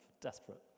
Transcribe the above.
desperate